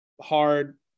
hard